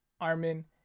Armin